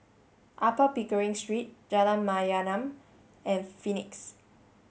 Upper Pickering Street Jalan Mayaanam and Phoenix